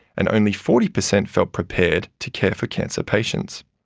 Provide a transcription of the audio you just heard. and only forty per cent felt prepared to care for cancer patients.